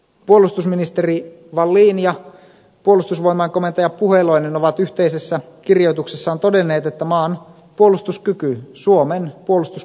puolustusministeri wallin ja puolustusvoimain komentaja puheloinen ovat yhteisessä kirjoituksessaan todenneet että maan puolustuskyky suomen puolustuskyky on vaarassa